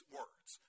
words